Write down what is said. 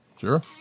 Sure